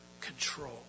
control